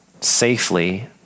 safely